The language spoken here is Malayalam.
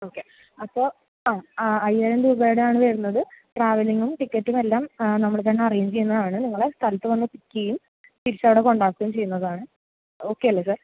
ഓക്കെ അപ്പോൾ ആ ആ അയ്യായിരം രൂപയുടെ ആണ് വരുന്നത് ട്രാവല്ലിംഗും ടിക്കറ്റും എല്ലാം നമ്മൾതന്നെ അറേഞ്ച് ചെയ്യുന്നതാണ് നിങ്ങളെ സ്ഥലത്തു വന്ന് പിക്ക് ചെയ്യും തിരിച്ചവിടെ കൊണ്ടാക്കുകയും ചെയ്യുന്നതാണ് ഓക്കെയല്ലേ സർ